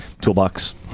toolbox